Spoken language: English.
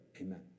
Amen